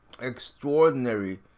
extraordinary